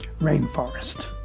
rainforest